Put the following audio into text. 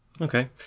Okay